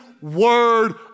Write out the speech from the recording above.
word